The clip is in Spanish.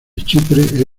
chipre